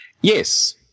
Yes